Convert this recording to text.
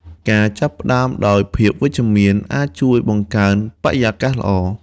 ការចាប់ផ្តើមដោយភាពវិជ្ជមានអាចជួយបង្កើតបរិយាកាសល្អ។